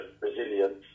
resilience